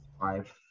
Five